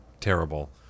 terrible